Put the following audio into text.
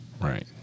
Right